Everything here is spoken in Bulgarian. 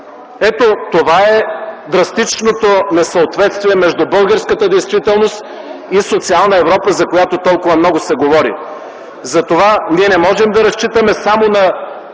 Ето това е драстичното несъответствие между българската действителност и социална Европа, за която толкова много се говори. Затова ние не можем да разчитаме само на